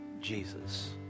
Jesus